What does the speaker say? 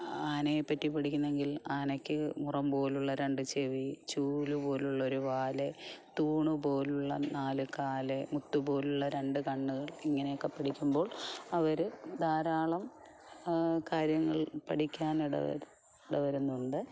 ആനയെപ്പറ്റി പഠിക്കുന്നെങ്കിൽ ആനയ്ക്ക് മുറം പോലുള്ള രണ്ട് ചെവി ചൂലു പോലുള്ള ഒരു വാല് തൂണു പോലുള്ള നാല് കാല് മുത്തു പോലുള്ള രണ്ട് കണ്ണുകൾ ഇങ്ങനെയൊക്കെ പഠിക്കുമ്പോൾ അവർ ധാരാളം കാര്യങ്ങൾ പഠിക്കാൻ ഇടവരുന്നു ഇടവരുന്നുണ്ട്